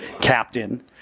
captain